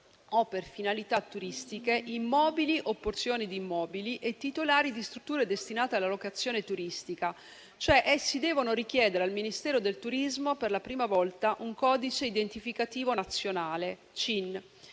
o per finalità turistiche, immobili o porzioni di immobili e per i titolari di strutture destinate alla locazione turistica. Essi devono cioè richiedere al Ministero del turismo, per la prima volta, un codice identificativo nazionale (CIN)